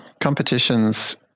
competitions